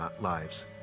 lives